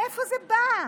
מאיפה זה בא?